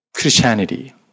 Christianity